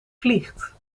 vliegt